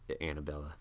Annabella